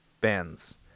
bands